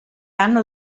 anno